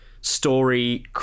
story